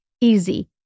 easy